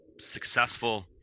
successful